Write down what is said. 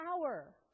power